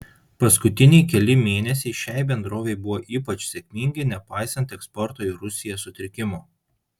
paskutiniai keli mėnesiai šiai bendrovei buvo ypač sėkmingi nepaisant eksporto į rusiją sutrikimų